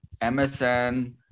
MSN